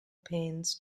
pains